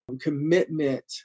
commitment